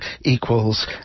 equals